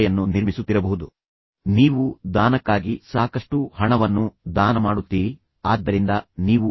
ನನ್ನನ್ನು ಪ್ರೀತಿಸುತ್ತಾ ನೀವು ನನ್ನನ್ನು ಬೆಂಬಲಿಸುತ್ತಿಲ್ಲ ಮತ್ತು ನೀವು ಯಾವಾಗಲೂ ಹಾಗೆ ಇರುವುದಿಲ್ಲ